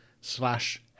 slash